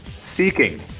Seeking